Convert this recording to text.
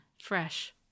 fresh